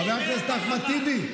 חבר הכנסת אחמד טיבי.